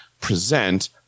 present